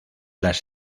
las